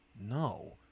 no